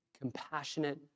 compassionate